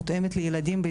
מותאמת לילדים,